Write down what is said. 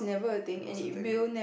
it was a thing